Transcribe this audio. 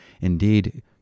Indeed